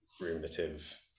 ruminative